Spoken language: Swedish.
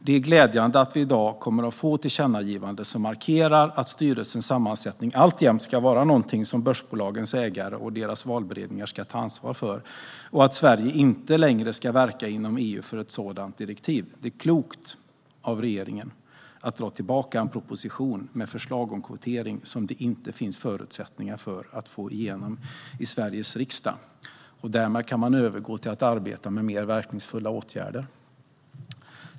Det är glädjande att vi i dag kommer att få tillkännagivanden som markerar att styrelsers sammansättning alltjämt ska vara något som börsbolagens ägare och deras valberedningar ska ta ansvar för och att Sverige inte längre ska verka inom EU för ett sådant direktiv. Det är klokt av regeringen att dra tillbaka en proposition med förslag om kvotering som det inte finns förutsättningar att få igenom i Sveriges riksdag. Därmed kan man övergå till att arbeta med mer verkningsfulla åtgärder.